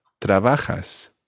Trabajas